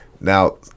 now